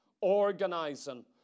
organizing